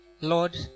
Lord